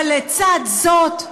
אבל לצד זה,